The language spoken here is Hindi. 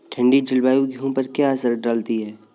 ठंडी जलवायु गेहूँ पर क्या असर डालती है?